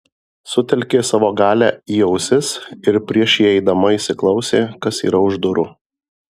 sutelkė savo galią į ausis ir prieš įeidama įsiklausė kas yra už durų